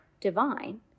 divine